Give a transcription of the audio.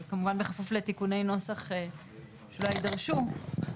כמובן בכפוף לתיקוני נוסח שאולי יידרשו,